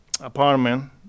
apartment